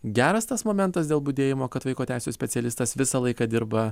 geras tas momentas dėl budėjimo kad vaiko teisių specialistas visą laiką dirba